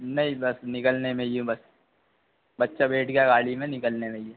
नहीं बस निकलने में ही है बस बच्चा बैठ गया गाड़ी में निकलने में ही है